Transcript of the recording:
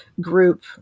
group